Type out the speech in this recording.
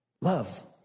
Love